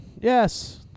yes